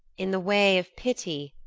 in the way of pity,